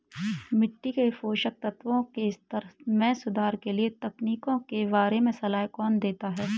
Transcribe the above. मिट्टी के पोषक तत्वों के स्तर में सुधार के लिए तकनीकों के बारे में सलाह कौन देता है?